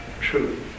true